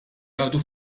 għadu